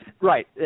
Right